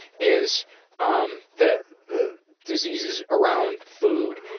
is um the the diseases around food,